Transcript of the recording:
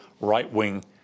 right-wing